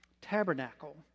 tabernacle